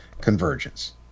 Convergence